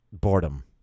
Boredom